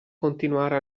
continuare